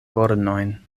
kornojn